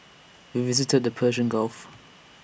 we visited the Persian gulf